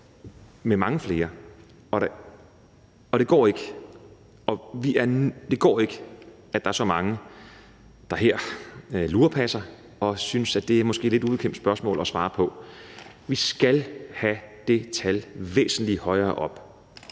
med mange flere, og det går ikke, at der er så mange, der lurepasser her og synes, at det måske er et lidt ubekvemt spørgsmål at svare på. Vi skal have det tal væsentlig højere op.